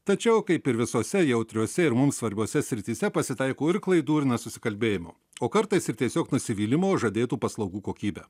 tačiau kaip ir visose jautriose ir mums svarbiose srityse pasitaiko ir klaidų ir nesusikalbėjimo o kartais ir tiesiog nusivylimo žadėtų paslaugų kokybe